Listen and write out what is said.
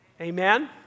Amen